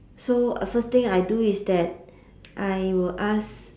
so first thing I do is that I will ask